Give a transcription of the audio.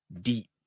deep